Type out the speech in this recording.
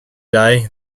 day